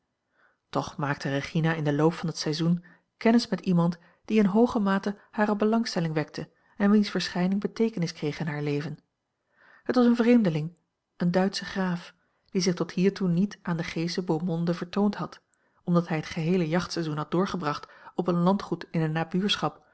toch maakte regina in den loop van dat seizoen kennis met iemand die in hooge mate hare belangstelling wekte en wiens verschijning beteekenis kreeg in haar leven het was een vreemdeling een duitsche graaf die zich tot hiertoe niet aan de g sche beau monde vertoond had omdat hij het geheele jachtseizoen had doorgebracht op een landgoed in de